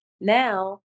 now